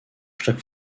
chaque